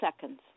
seconds